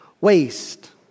waste